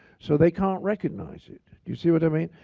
so they can't recognize it. do you see what i mean?